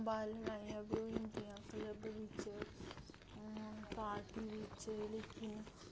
बाह्र लडाइयां बी होई जंदियां क्लब बिच्च पार्टी बिच्च लेकिन